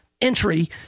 entry